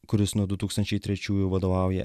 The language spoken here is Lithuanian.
kuris nuo du tūkstančiai trečiųjų vadovauja